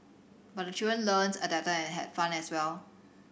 but the children learns adapted and had fun as well